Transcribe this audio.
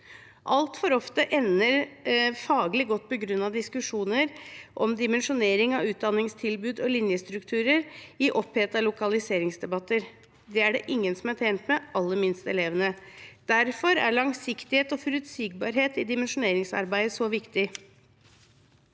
Altfor ofte ender faglig godt begrunnede diskusjoner om dimensjonering av utdanningstilbud og linjestrukturer i opphetede lokaliseringsdebatter. Det er det ingen som er tjent med, aller minst elevene. Derfor er langsiktighet og forutsigbarhet i dimensjoneringsarbeidet så viktig.